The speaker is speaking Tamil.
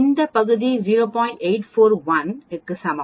841 க்கு சமம்